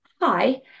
hi